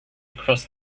across